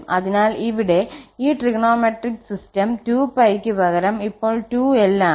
അതിനാൽ ഇവിടെ ഈ ത്രികോണമെട്രിക് സിസ്റ്റം 2πക്ക് പകരം ഇപ്പോൾ 2𝑙 ആണ്